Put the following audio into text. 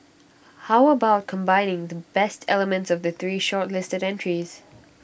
how about combining the best elements of the three shortlisted entries